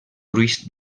gruix